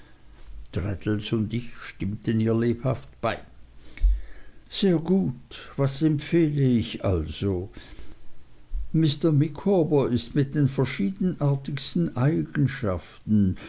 traddles und ich stimmten ihr lebhaft bei sehr gut was empfehle ich also mr micawber ist mit den verschiedenartigsten eigenschaften